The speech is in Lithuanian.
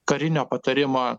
karinio patarimo